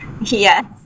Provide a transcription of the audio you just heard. Yes